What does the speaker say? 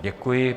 Děkuji.